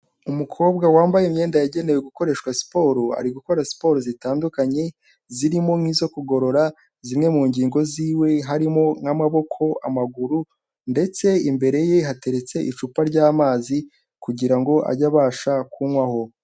Umukobwa wambaye imyenda yagenewe gukoreshwa siporo, ari gukora siporo zitandukanye zirimo nk'izo kugorora zimwe mu ngingo z'iwe harimo nk'amaboko, amaguru ndetse imbere ye hateretse icupa ry'amazi kugira ngo ajye abasha kunywaho.